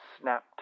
snapped